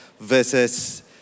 versus